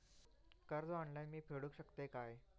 कर्ज ऑनलाइन मी फेडूक शकतय काय?